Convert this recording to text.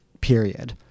period